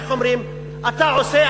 אתה עושה,